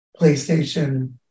PlayStation